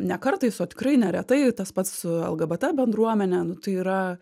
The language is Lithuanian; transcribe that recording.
ne kartais o tikrai neretai tas pats su lgbt bendruomene nu tai yra